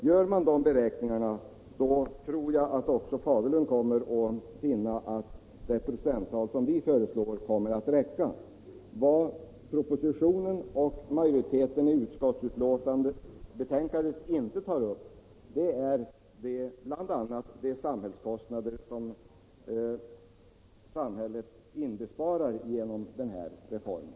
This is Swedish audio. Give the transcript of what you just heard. Görs sådana beräkningar, tror jag att också herr Fagerlund kommer att finna att det procenttal som vi föreslår kommer att räcka till. Vad regeringen inte tar upp i propositionen och vad majoriteten i utskottet inte tar upp i betänkandet är bl.a. de samhällskostnader som inbesparas genom den föreslagna reformen.